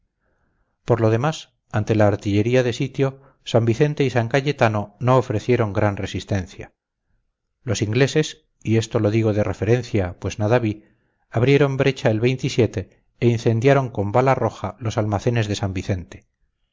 por lo demás ante la artillería de sitio san vicente y san cayetano no ofrecieron gran resistencia los ingleses abrieron brecha el e incendiaron con bala roja los almacenes de san vicente